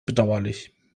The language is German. bedauerlich